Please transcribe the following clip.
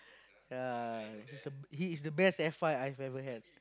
yea he's he is the best alpha I've ever had